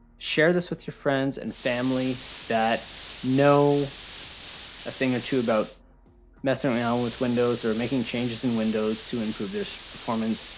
share this with your friends and family that know a thing or two about messing around with windows or making changes in windows to improve their performance.